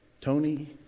Tony